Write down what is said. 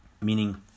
meaning